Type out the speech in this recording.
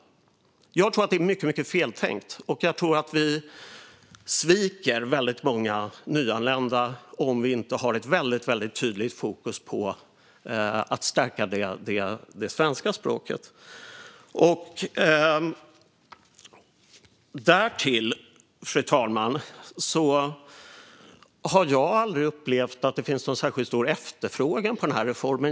Jag tror att detta är mycket, mycket feltänkt. Och jag tror att vi sviker väldigt många nyanlända om vi inte har ett väldigt tydligt fokus på att stärka det svenska språket. Därtill, fru talman, har jag aldrig upplevt att det finns någon särskilt stor efterfrågan på denna reform.